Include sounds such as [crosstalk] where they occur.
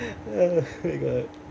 [laughs] my god